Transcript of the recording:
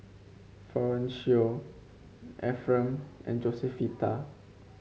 Florencio Efrem and Josefita